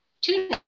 two